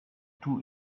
two